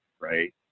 right